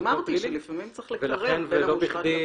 אז אמרתי שלפעמים צריך לקרב בין המושחת ללא חוקי.